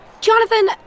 Jonathan